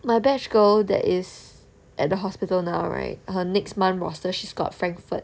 my batch girl that is at the hospital now right her next month roster she's got frankfurt